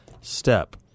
step